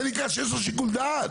זה נקרא שיש לו שיקול דעת?